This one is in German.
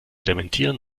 dementieren